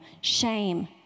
Shame